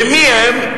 ומי הם?